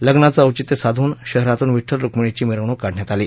लग्नाचे औचित्य साधून शहरातून विष्ठल रुक्मिणीची मिरवणूक काढण्यात आली